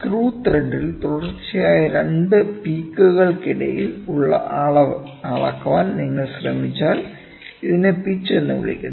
ഒരു സ്ക്രൂ ത്രെഡിൽ തുടർച്ചയായ 2 പീക്കുകൾക്കിടയിൽ ഉള്ള അളവ് അളക്കാൻ നിങ്ങൾ ശ്രമിച്ചാൽ ഇതിനെ പിച്ച് എന്ന് വിളിക്കുന്നു